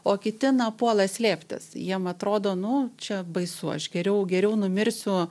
o kiti na puola slėptis jiem atrodo nu čia baisu aš geriau geriau numirsiu